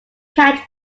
catch